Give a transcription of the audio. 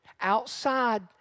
outside